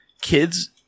kids